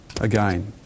again